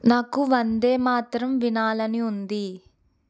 నాకు వందేమాతరం వినాలని ఉంది